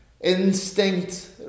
instinct